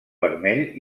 vermell